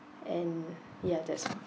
and ya that's